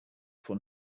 von